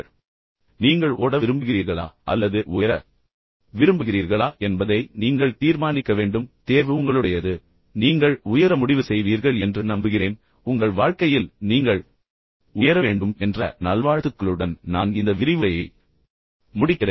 எனவே நீங்கள் ஓட விரும்புகிறீர்களா அல்லது உயர விரும்புகிறீர்களா என்பதை நீங்கள் தீர்மானிக்க வேண்டும் தேர்வு உங்களுடையது நீங்கள் உயர முடிவு செய்வீர்கள் என்று நம்புகிறேன் உங்கள் வாழ்க்கையில் நீங்கள் உயர வேண்டும் என்ற நல்வாழ்த்துக்களுடன் நான் இந்த விரிவுரையை முடிக்கிறேன்